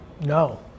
no